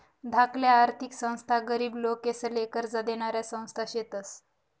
धाकल्या आर्थिक संस्था गरीब लोकेसले कर्ज देनाऱ्या संस्था शेतस